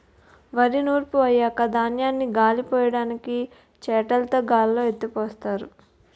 వరి నూర్పు అయ్యాక ధాన్యాన్ని గాలిపొయ్యడానికి చేటలుతో గాల్లో ఎత్తిపోస్తారు